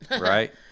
right